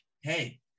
hey